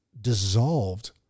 dissolved